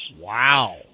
Wow